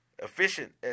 Efficient